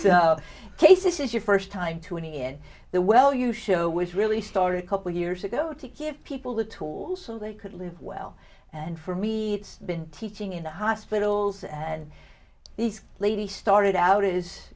case this is your first time to any of the well you show which really started a couple years ago to give people the tools so they could live well and for me that's been teaching in the hospitals and these ladies started out i